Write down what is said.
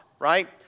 right